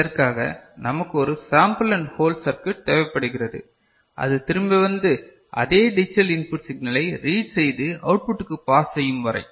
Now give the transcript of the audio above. இதற்காக நமக்கு ஒரு சாம்பல் அண்ட் ஹோல்ட் சர்க்யூட் தேவைப்படுகிறது அது திரும்பி வந்து அதே டிஜிட்டல் இன்புட் சிக்னலை ரீட் செய்து அவுட்புட்க்கு பாஸ் செய்யும் வறை